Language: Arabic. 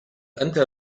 أنت